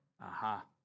aha